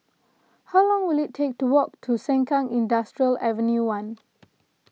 how long will it take to walk to Sengkang Industrial Ave one